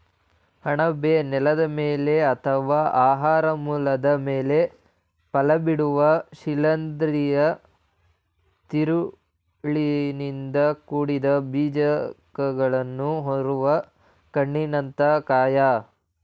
ಅಣಬೆ ನೆಲದ ಮೇಲೆ ಅಥವಾ ಆಹಾರ ಮೂಲದ ಮೇಲೆ ಫಲಬಿಡುವ ಶಿಲೀಂಧ್ರದ ತಿರುಳಿನಿಂದ ಕೂಡಿದ ಬೀಜಕಗಳನ್ನು ಹೊರುವ ಹಣ್ಣಿನಂಥ ಕಾಯ